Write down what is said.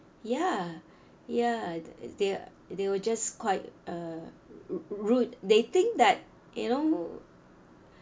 ya ya they they were just quite uh ru~ rude they think that you know